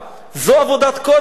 זו עבודת קודש?